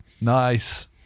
nice